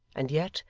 and yet,